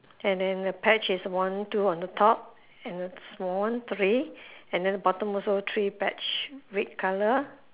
and then the patch is one two on the top and a small one three and then the bottom also three patch red colour